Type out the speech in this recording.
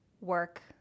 work